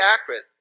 accurate